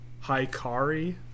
Hikari